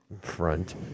front